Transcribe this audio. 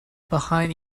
behind